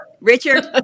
Richard